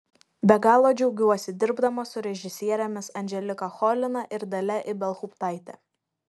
be galo džiaugiuosi dirbdama su režisierėmis anželika cholina ir dalia ibelhauptaite